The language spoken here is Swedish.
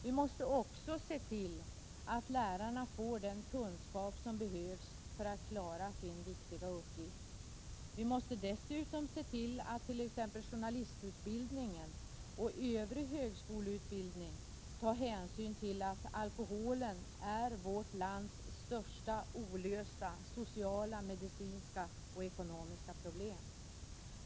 Vi måste också se till att lärarna får den kunskap som behövs för att klara sin viktiga uppgift. Vi måste dessutom se till att man i t.ex. journalistutbildningen och övrig högskoleutbildning tar hänsyn till att alkoholen är vårt lands största olösta sociala, medicinska och ekonomiska problem.